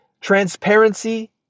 Transparency